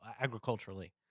agriculturally